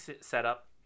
setup